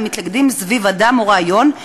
המתלכדים סביב אדם או רעיון,